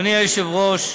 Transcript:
אדוני היושב-ראש,